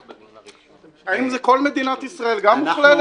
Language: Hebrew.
האם כל מדינת ישראל גם מוכללת?